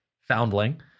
foundling